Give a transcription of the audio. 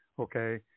okay